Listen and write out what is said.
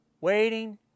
waiting